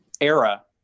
era